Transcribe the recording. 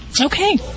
Okay